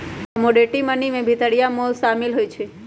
commodity money में भितरिया मोल सामिल होइ छइ